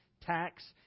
tax